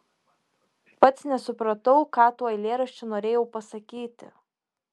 pats nesupratau ką tuo eilėraščiu norėjau pasakyti